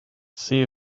see